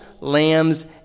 lambs